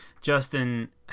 Justin